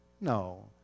No